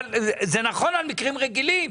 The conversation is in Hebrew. אבל זה נכון על מקרים רגילים,